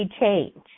change